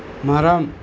மரம்